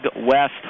West